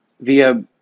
via